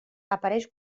apareix